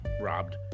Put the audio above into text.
Robbed